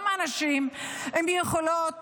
גם אנשים עם יכולות,